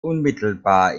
unmittelbar